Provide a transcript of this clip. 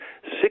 Six